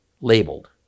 labeled